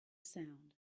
sound